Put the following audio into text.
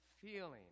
feeling